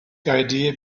idea